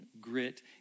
grit